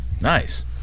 nice